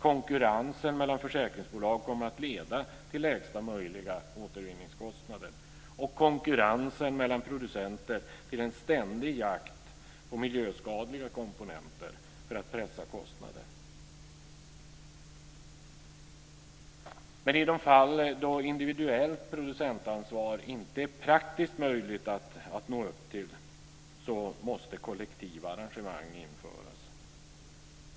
Konkurrensen mellan försäkringsbolag kommer att leda till lägsta möjliga återvinningskostnad och konkurrensen mellan producenter till en ständig jakt på miljöskadliga komponenter för att pressa kostnader. I de fall då individuellt producentansvar inte är praktiskt möjligt att nå upp till måste kollektiva arragemang införas.